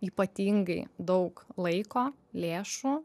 ypatingai daug laiko lėšų